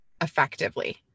effectively